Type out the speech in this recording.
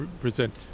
present